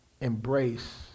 embrace